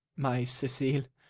my cecilia,